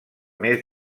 més